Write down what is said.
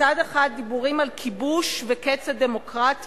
מצד אחד, דיבורים על כיבוש וקץ הדמוקרטיה.